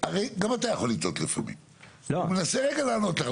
הוא מנסה לענות לך.